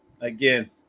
again